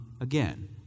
again